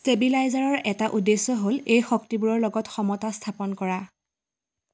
ষ্টেবিলাইজাৰৰ এটা উদ্দেশ্য হ'ল এই শক্তিবোৰৰ লগত সমতা স্থাপন কৰা